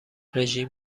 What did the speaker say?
رژیم